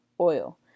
oil